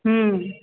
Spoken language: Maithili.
हूँ